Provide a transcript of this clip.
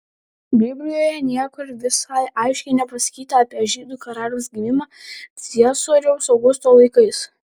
biblijoje niekur visai aiškiai nepasakyta apie žydų karaliaus gimimą ciesoriaus augusto laikais